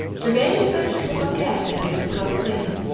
to gain the friendship of a cat is a difficult thing.